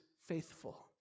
faithful